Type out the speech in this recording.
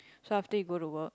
so after you go to work